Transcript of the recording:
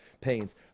Pain's